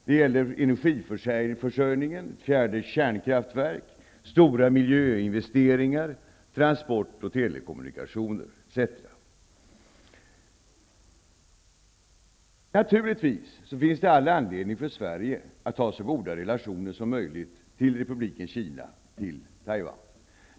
Det gäller energiförsörjningen, ett fjärde kärnkraftverk, stora miljöinvesteringar, transporter och telekommunikationer etc. Det finns naturligtvis all anledning för Sverige att ha så goda relationer som möjligt till Republiken Kina, till Taiwan.